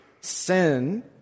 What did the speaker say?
sin